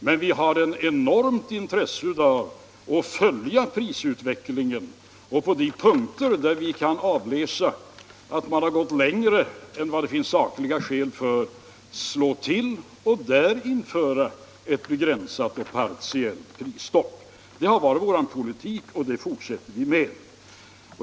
Men vi har ett enormt intresse av att följa prisutvecklingen och på de punkter, där vi kan avläsa att man har gått längre och höjt priserna mer än vad det finns sakliga skäl för, slå till och införa ett begränsat och partiellt prisstopp. Det har varit vår politik, och det fortsätter vi med.